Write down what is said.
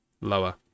lower